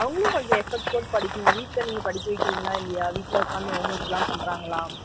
அவங்களும் கொஞ்சம் எஃபக்ட் போட்டு படிக்கணும் வீட்டில் நீங்கள் படிக்க வைக்கிறிங்களா இல்லையா வீட்டில் உட்காந்து ஹோம்ஒர்க்லாம் பண்ணுறாங்களா